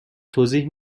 توضیح